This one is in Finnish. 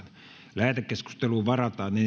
lähetekeskusteluun varataan